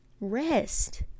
rest